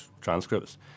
transcripts